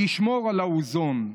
לשמור על האוזון,